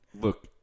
Look